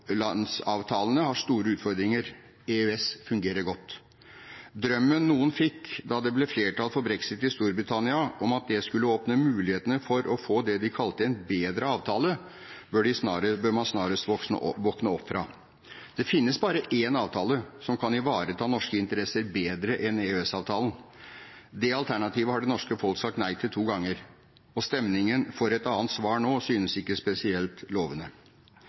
har store utfordringer. EØS fungerer godt. Drømmen noen fikk da det ble flertall for brexit i Storbritannia, om at det skulle åpne muligheten for å få det de kalte «en bedre avtale», bør man snarest våkne opp fra. Det finnes bare én avtale som kan ivareta norske interesser bedre enn EØS-avtalen. Det alternativet har det norske folk sagt nei til to ganger, og stemningen for et annet svar nå synes ikke spesielt lovende.